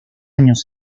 años